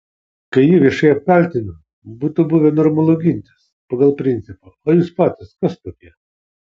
kai jį viešai apkaltino būtų buvę normalu gintis pagal principą o jūs patys kas tokie